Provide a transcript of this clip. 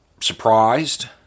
surprised